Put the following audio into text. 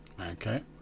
okay